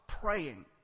praying